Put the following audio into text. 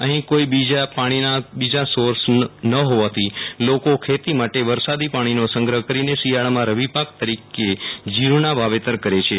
અહીં કોઇ પાણીના બીજા સોર્સ ન હોવાથી લોકો ખેતી માટે વરસાદી પાણીનો સંગ્રહ કરીને શિયાળામાં રવિપાક તરીકે જીરૂના વાવેતર કરેછે